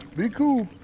be cool.